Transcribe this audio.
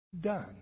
done